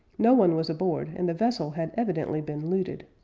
no one was aboard and the vessel had evidently been looted.